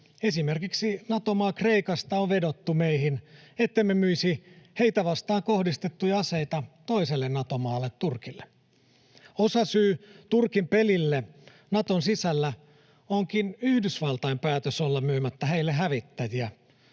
Esimerkiksi Nato-maa Kreikasta on vedottu meihin, ettemme myisi heitä vastaan kohdistettuja aseita toiselle Nato-maalle, Turkille. Osasyy Turkin pelille Naton sisällä onkin Yhdysvaltain päätös olla myymättä heille hävittäjiä,